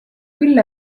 küll